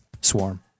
swarm